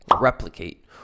replicate